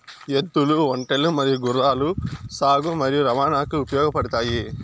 ఎద్దులు, ఒంటెలు మరియు గుర్రాలు సాగు మరియు రవాణాకు ఉపయోగపడుతాయి